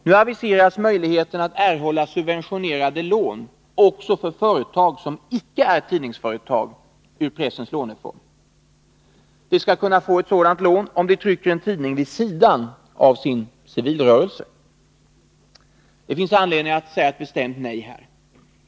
Nu aviseras möjligheten att erhålla subventionerade lån ur Pressens lånefond också för företag som icke är tidningsföretag. De skall kunna få sådant lån om de trycker en tidning vid sidan av sin civilrörelse. Det finns anledning att här bestämt säga nej.